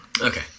Okay